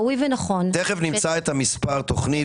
תיכף נמצא את מספר התכנית,